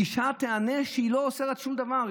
אישה תיענש שהיא לא אוסרת שום דבר,